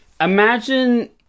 imagine